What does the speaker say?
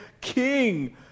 king